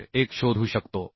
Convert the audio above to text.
1 शोधू शकतो